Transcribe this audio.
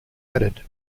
added